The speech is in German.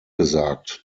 gesagt